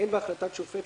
אין בהחלטת שופט,